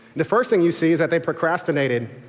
the first thing you see is that they procrastinated.